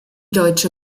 deutsche